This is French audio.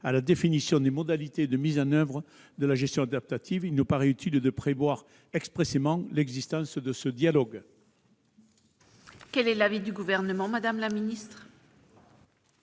à la définition des modalités de mise en oeuvre de la gestion adaptative. Il nous paraît utile de prévoir expressément l'existence de ce dialogue. Quel est l'avis du Gouvernement ? Le terme